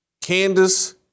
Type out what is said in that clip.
Candace